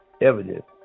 evidence